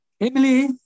Emily